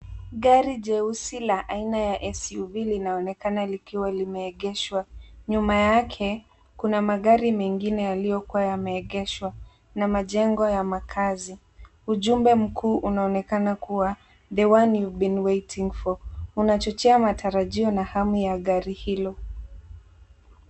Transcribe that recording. Gari jeusi la aina ya s u v linaonekana likiwa limeegeshwa. Nyuma yake kuna magari mengine yaliyokuwa yameegeshwa na majengo ya makazi. Ujumbe mkuu unaonekana kuwa the one you've been waiting forc[s] unachochea matarajio na hamu ya gari hilo.